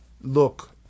look